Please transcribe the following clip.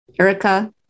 Erica